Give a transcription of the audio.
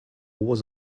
was